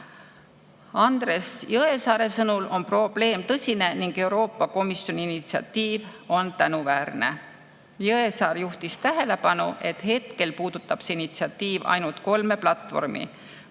Andres Jõesaare sõnul on probleem tõsine ning Euroopa Komisjoni initsiatiiv on tänuväärne. Jõesaar juhtis tähelepanu, et hetkel puudutab see initsiatiiv ainult kolme platvormi.